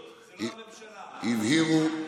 הבהירו,